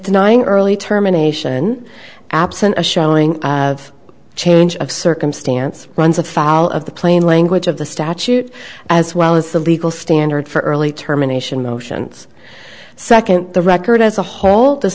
denying early terminations absent a showing of change of circumstance runs afoul of the plain language of the statute as well as the legal standard for early terminations motions second the record as a whole